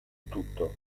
tutto